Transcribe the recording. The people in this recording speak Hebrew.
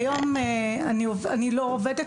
היום אני לא עובדת